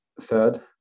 Third